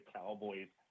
Cowboys